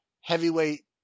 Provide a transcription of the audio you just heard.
heavyweight